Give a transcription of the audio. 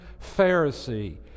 Pharisee